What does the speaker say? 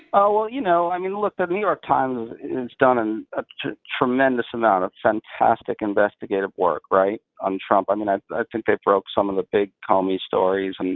oh well, you know i mean, look the new york times has done and a tremendous amount of fantastic investigative work, right, on trump. i mean, i think they broke some of the big comey stories, and